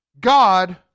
God